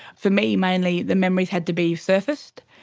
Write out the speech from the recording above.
for me, mainly the memories had to be surfaced,